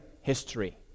history